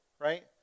right